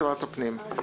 - רוב נגד - אין